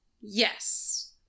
yes